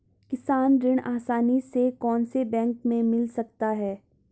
किसान ऋण आसानी से कौनसे बैंक से मिल सकता है?